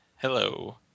Hello